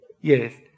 Yes